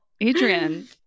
Adrian